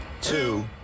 two